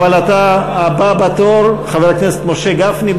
אבל אתה הבא בתור, משה גפני.